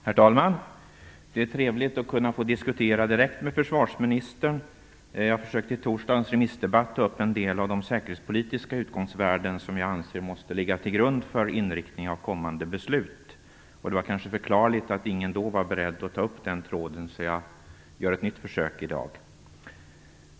Herr talman! Det är trevligt att kunna få diskutera direkt med försvarsministern. Jag försökte i torsdagens remissdebatt att ta upp en del av de säkerhetspolitiska utgångsvärden som jag anser måste ligga till grund för inriktning av kommande beslut. Det var kanske förklarligt att ingen då var beredd att ta upp den tråden, så jag gör ett nytt försök i dag.